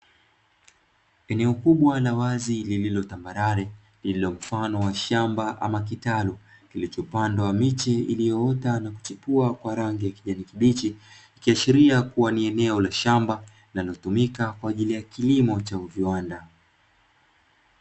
Eneo kubwa la wazi lililotambarare mfano wa shamba ama kitalu kilichopandwa miche iliyoota na kuchipua kwa rangi ya kijani kibichi, ikiashiria kuwa ni eneo la shamba linalotumika kwa ajili ya kiimo cha viwanda.